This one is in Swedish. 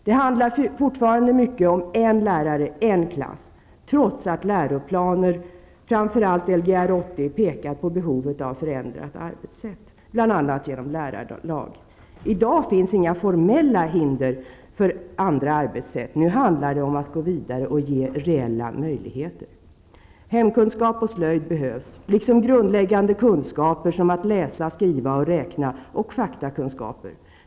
Det handlar fortfarande mycket om en lärare en klass, trots att läroplaner, framför allt Lgr 80, pekat på behovet av förändrat arbetssätt, bl.a. genom lärarlag. I dag finns inga formella hinder för andra arbetssätt. Nu handlar det om att gå vidare och ge reella möjligheter. Hemkunskap och slöjd behövs, liksom grundläggande kunskaper som att läsa, skriva och räkna, samt faktakunskaper.